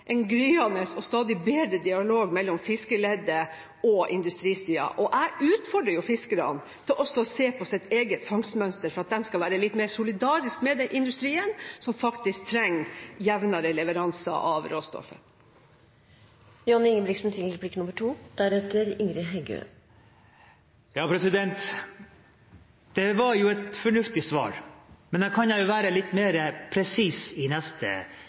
en gryende og stadig bedre dialog mellom fiskeleddet og industrisida. Og jeg utfordrer fiskerne til også å se på sitt eget fangstmønster, for at de skal være litt mer solidariske med den industrien som faktisk trenger jevnere leveranser av råstoffet. Dette var jo et fornuftig svar, men jeg skal være litt mer presis i neste